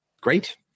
Great